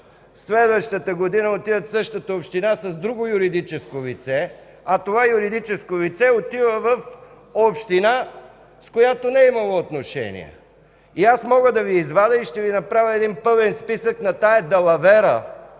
следващата година отиват в същата община с друго юридическо лице, а това юридическо лице отива в община, с която не е имало отношения. Аз мога да извадя и ще Ви направя един пълен списък на тази далавера